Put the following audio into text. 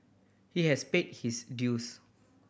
he has paid his dues